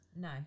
No